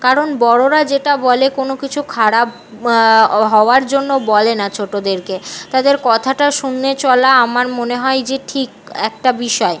কারণ বড়োরা যেটা বলে কোনো কিছু খারাপ হওয়ার জন্য বলে না ছোটোদেরকে তাদের কথাটা শুনে চলা আমার মনে হয় যে ঠিক একটা বিষয়